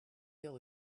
feel